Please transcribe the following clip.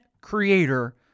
creator